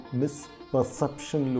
misperception